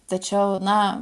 tačiau na